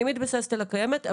אני מתבססת על הקיימת,